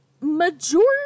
Majority